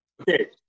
Okay